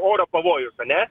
oro pavojus ane